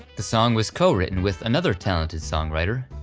the song was co-written with another talented songwriter,